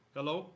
Hello